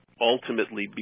ultimately